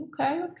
Okay